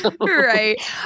Right